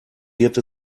wird